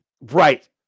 right